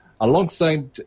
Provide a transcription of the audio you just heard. Alongside